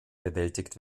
bewältigt